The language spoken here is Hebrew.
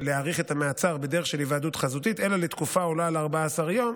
להאריך את המעצר בדרך של היוועדות חזותית לתקופה העולה על 14 ימים,